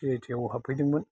सिआइटिआव हाबफैदोंमोन